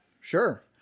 Sure